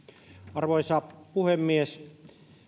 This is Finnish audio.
arvoisa puhemies